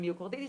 עם מיוקרדיטיס,